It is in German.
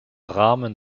rahmen